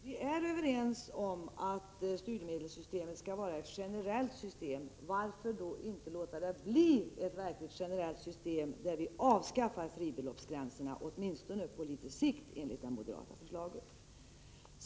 Herr talman! Vi är överens om att studiemedelssystemet skall vara generellt. Varför då inte låta det bli ett verkligt generellt system, ett system med avskaffade fribeloppsgränser, åtminstone på sikt, enligt det moderata förslaget?